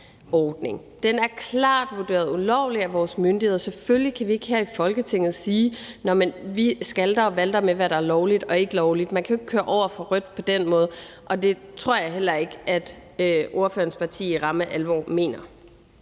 Den er klart vurderet ulovlig af vores myndigheder. Selvfølgelig kan vi ikke her i Folketinget sige: Nå, men vi skalter og valter med, hvad der er lovligt og ikke lovligt. Man kan jo ikke køre over for rødt på den måde, og det tror jeg heller ikke at ordførerens parti mener i ramme alvor.